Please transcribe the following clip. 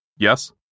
Yes